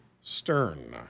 Stern